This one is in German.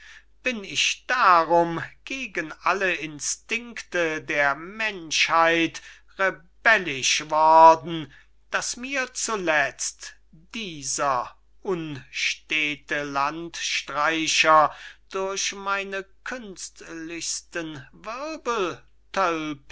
bin ich darum gegen alle instinkte der menschheit rebellisch worden daß mir zuletzt dieser unstete landstreicher durch meine künstlichsten